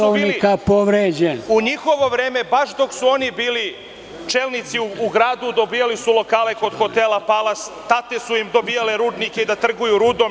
u njihovo vreme baš dok su oni bili čelnici u gradu dobijali su lokale kod hotela „Palas“, tate su im dobijale rudnike da trguju rudom